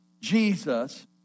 Jesus